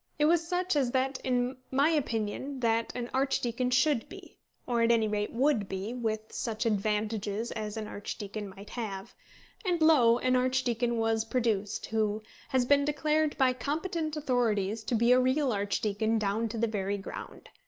it was such as that, in my opinion, that an archdeacon should be or, at any rate, would be with such advantages as an archdeacon might have and lo! an archdeacon was produced, who has been declared by competent authorities to be a real archdeacon down to the very ground.